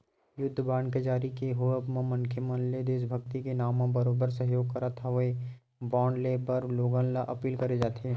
युद्ध बांड के जारी के होवब म मनखे मन ले देसभक्ति के नांव म बरोबर सहयोग करत होय बांड लेय बर लोगन ल अपील करे जाथे